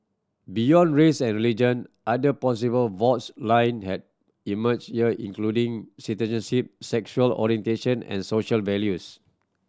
beyond race and religion other possible faults line have emerged including citizenship sexual orientation and social values